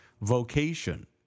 vocation